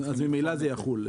אז ממילא זה יחול.